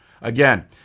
Again